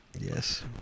Yes